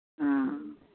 हँ